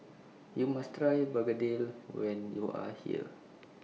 YOU must Try Begedil when YOU Are here